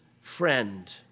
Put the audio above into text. friend